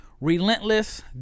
relentless